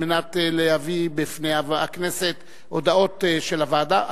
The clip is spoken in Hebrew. על מנת להביא בפני הכנסת הודעות של הוועדה.